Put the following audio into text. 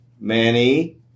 Manny